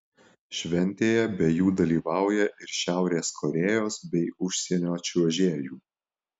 šventėje be jų dalyvauja ir šiaurės korėjos bei užsienio čiuožėjų